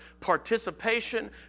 participation